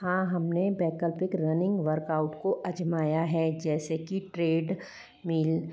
हाँ हमने वैकल्पिक रनिंग वर्क आउट को आजमाया है जैसे की ट्रेड मिल